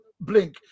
blink